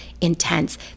intense